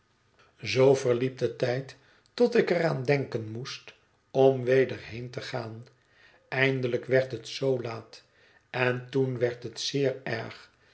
zoo verliep de tijd tot ik er aan denken moest om weder heen te gaan eindelijk werd het zoo laat en toen werd het zeer erg